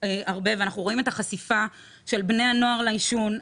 ואנחנו רואים את החשיפה של בני הנוער לעישון.